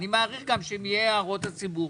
אני מעריך שאם יהיו הערות ציבור,